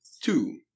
Two